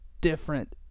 different